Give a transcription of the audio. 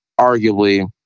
arguably